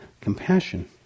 compassion